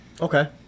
Okay